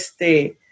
este